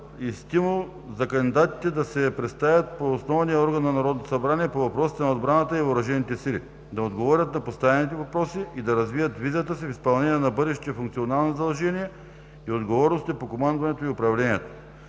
и стимул за кандидатите да се представят по основния орган на Народното събрание по въпросите на отбраната и въоръжените сили, да отговорят на поставените въпроси и да развият визията си в изпълнение на бъдещи функционални задължения и отговорности по командването и управлението.